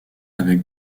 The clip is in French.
avec